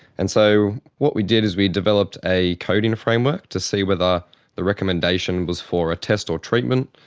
and so what we did is we developed a coding framework to see whether the recommendation was for a test or treatment,